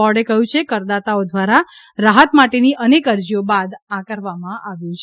બોર્ડે કહ્યું છે કે કરદાતાઓ દ્વારા રાહત માટેની અનેક અરજીઓ બાદ આ કરવામાં આવ્યું છે